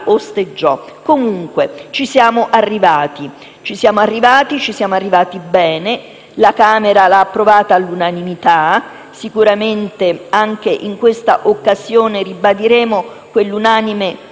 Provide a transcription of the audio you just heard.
Comunque, ci siamo arrivati e ci siamo arrivati bene. La Camera ha approvato all'unanimità il testo e sicuramente anche in questa occasione ribadiremo quell'unanime consenso.